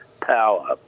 power